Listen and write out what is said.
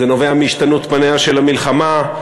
זה נובע מהשתנות פניה של המלחמה,